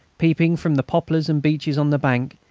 peeping from the poplars and beeches on the bank,